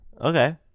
Okay